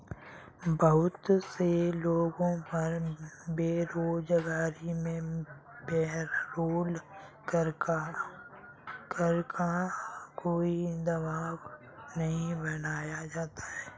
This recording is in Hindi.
बहुत से लोगों पर बेरोजगारी में पेरोल कर का कोई दवाब नहीं बनाया जाता है